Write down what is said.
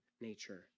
nature